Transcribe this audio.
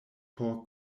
por